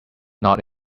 not